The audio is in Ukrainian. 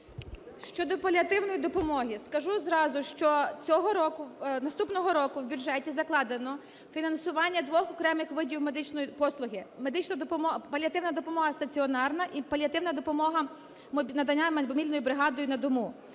Щодо паліативної допомоги, скажу зразу, що цього року, наступного року в бюджеті закладено фінансування двох окремих видів медичної послуги: паліативна допомога стаціонарна і паліативна допомога - надання мобільною бригадою на дому.